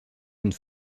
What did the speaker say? une